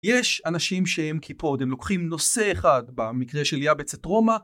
יש אנשים שהם קיפוד הם לוקחים נושא אחד במקרה של יאבצת רומא